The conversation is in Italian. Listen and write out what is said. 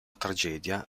tragedia